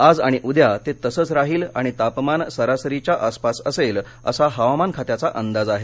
आज आणि उद्या ते तसंच राहील आणि तापमान सरासरीच्या आसपास असेल असा हवामानखात्याचा अंदाज आहे